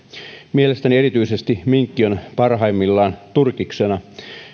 mielestäni erityisesti minkki on parhaimmillaan turkiksena